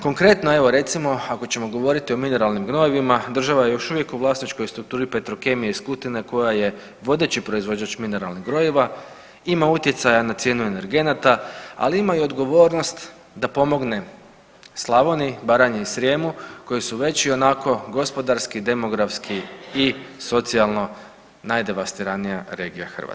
Konkretno evo recimo ako ćemo govoriti o mineralnim gnojivima, država još uvijek u vlasničkoj strukturi Petrokemije iz Kutine koja je vodeći proizvođač mineralnih gnojiva, ima utjecaja na cijenu energenata, ali ima i odgovornost da pomogne Slavoniji, Baranji i Srijemu koji su već i onako gospodarski, demografski i socijalno najdevastiranija regija Hrvatske.